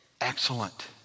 excellent